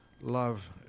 love